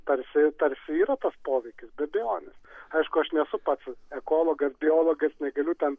tarsi tarsi yra tas poveikis be abejonės aišku aš nesu pats ekologas biologas negaliu ten